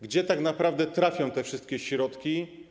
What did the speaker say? Gdzie tak naprawdę trafią te wszystkie środki?